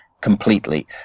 completely